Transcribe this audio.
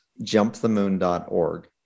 jumpthemoon.org